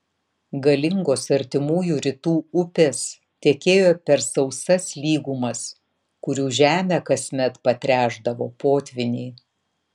galingos artimųjų rytų upės tekėjo per sausas lygumas kurių žemę kasmet patręšdavo potvyniai